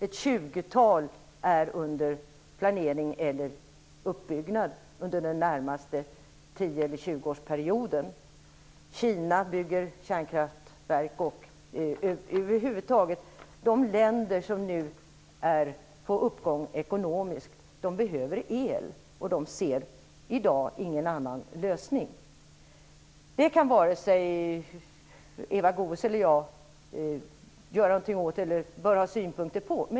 Ett tjugotal är under planering eller uppbyggnad under den närmaste 10-20-årsperioden. Kina och över huvud taget de länder som nu är på uppgång ekonomiskt bygger kärnkraftverk. De behöver el, och de ser i dag ingen annan lösning. Det kan varken Eva Goës eller jag göra någonting åt utan bara ha synpunkter på.